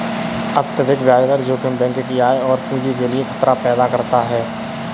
अत्यधिक ब्याज दर जोखिम बैंक की आय और पूंजी के लिए खतरा पैदा करता है